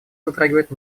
затрагивает